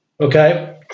okay